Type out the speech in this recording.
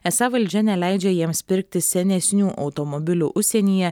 esą valdžia neleidžia jiems pirkti senesnių automobilių užsienyje